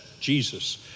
Jesus